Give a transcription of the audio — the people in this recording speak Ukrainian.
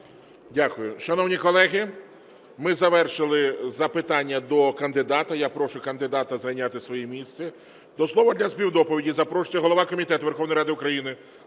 Дякую. Шановні колеги, ми завершили запитання до кандидата. Я прошу кандидата зайняти своє місце. До слова для співдоповіді запрошується голова Комітету Верховної Ради України